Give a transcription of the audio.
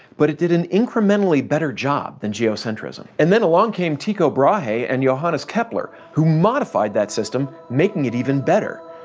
but it did an incrementally better job than geocentrism. and then along came tycho brahe and johannes kepler, who modified that system, making it even better.